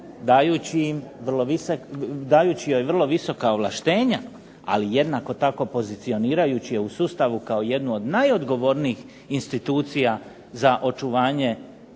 dajući joj vrlo visoka ovlaštenja, ali jednako tako pozicionirajući je u sustavu kao jednu od najodgovornijih institucija za očuvanje